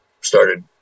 started